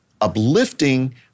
uplifting